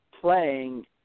playing –